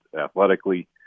athletically